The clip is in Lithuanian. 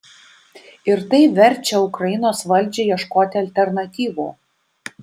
ir tai verčia ukrainos valdžią ieškoti alternatyvų